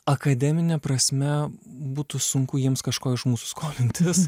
akademine prasme būtų sunku jiems kažko iš mūsų skolintis